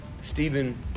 Stephen